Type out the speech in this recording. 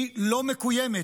היא לא מקוימת,